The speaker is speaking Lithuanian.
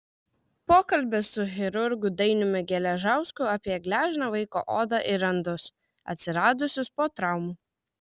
pokalbis su chirurgu dainiumi geležausku apie gležną vaiko odą ir randus atsiradusius po traumų